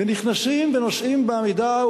ונכנסים ונוסעים בעמידה,